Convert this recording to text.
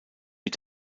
mit